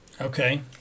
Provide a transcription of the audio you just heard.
Okay